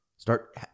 start